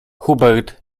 hubert